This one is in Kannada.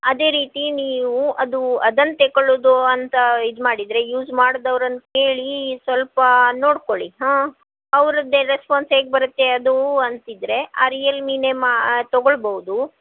ಅದೆ ರೀತಿ ನೀವು ಅದು ಅದನ್ನು ತಕ್ಕೊಳ್ಳುದು ಅಂತ ಇದು ಮಾಡಿದರೆ ಯೂಸ್ ಮಾಡ್ದವ್ರನ್ನು ಕೇಳಿ ಸ್ವಲ್ಪ ನೋಡಿಕೊಳ್ಳಿ ಹಾಂ ಅವರದ್ದೆ ರೆಸ್ಪಾನ್ಸ್ ಹೇಗೆ ಬರುತ್ತೆ ಅದು ಅಂತಿದ್ದರೆ ಆ ರಿಯಲ್ಮಿನೆ ಮಾ ತಗೊಳ್ಬೋದು